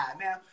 now